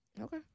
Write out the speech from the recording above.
Okay